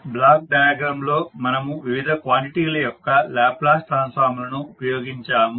black diagram లో మనము వివిధ క్వాంటిటీల యొక్క లాప్లాస్ ట్రాన్స్ఫార్మ్ లను ఉపయోగించాము